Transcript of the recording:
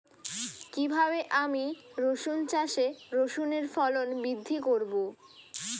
কীভাবে আমি রসুন চাষে রসুনের ফলন বৃদ্ধি করব?